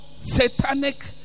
satanic